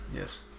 yes